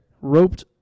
Roped